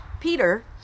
Peter